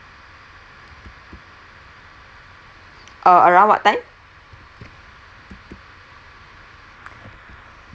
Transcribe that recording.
uh around what time